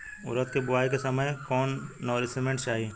उरद के बुआई के समय कौन नौरिश्मेंट चाही?